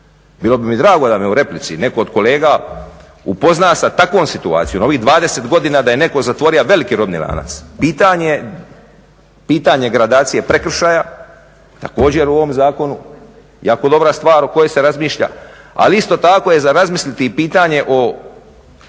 Bilo bi mi drago da me u replici netko od kolega upozna sa takvom situacijom u ovih 20 godina da je netko zatvorio veliki robni lanac. Pitanje gradacije prekršaja također u ovom zakonu jako dobra stvar o kojoj se razmišlja, ali isto tako je za razmisliti i pitanje o